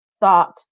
thought